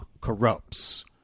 corrupts